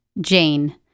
Jane